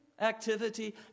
activity